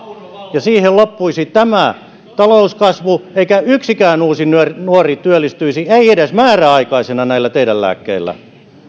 ja siihen loppuisi tämä talouskasvu eikä yksikään uusi nuori työllistyisi ei edes määräaikaisena näillä teidän lääkkeillänne